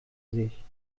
sich